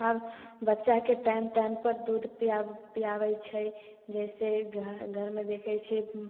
आओर बच्चाके time time पर दूध पिया पियाबै छै जाहिसे घर घरमे देखै छियै कि